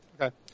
Okay